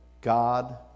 God